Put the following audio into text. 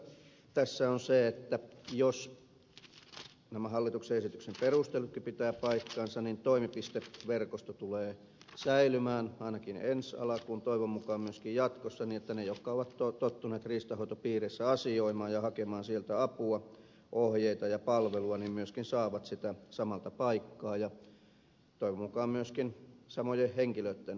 oleellista tässä on se että jos nämä hallituksen esityksen perustelutkin pitävät paikkansa niin toimipisteverkosto tulee säilymään ainakin ensi alkuun toivon mukaan myöskin jatkossa niin että ne jotka ovat tottuneet riistanhoitopiireissä asioimaan ja hakemaan sieltä apua ohjeita ja palvelua myöskin saavat sitä samalta paikkaa ja toivon mukaan myöskin samojen henkilöitten toimesta